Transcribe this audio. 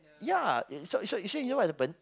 ya so so so you know what happen